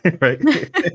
right